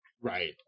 Right